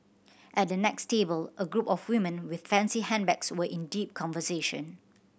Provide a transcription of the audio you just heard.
at the next table a group of women with fancy handbags were in deep conversation